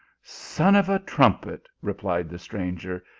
son of a trumpet, replied the stranger,